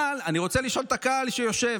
אבל אני רוצה לשאול את הקהל שיושב,